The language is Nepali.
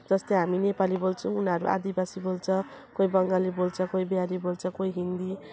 जस्तै हामी नेपाली बोल्छौँ उनीहरू आदिवासी बोल्छ कोही बङ्गाली बोल्छ कोही बिहारी बोल्छ कोही हिन्दी